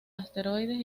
asteroides